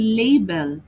label